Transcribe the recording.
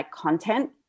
content